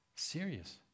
serious